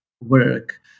work